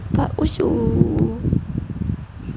pak usu